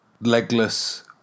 legless